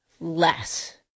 less